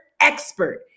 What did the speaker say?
expert